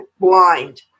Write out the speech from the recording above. blind